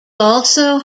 also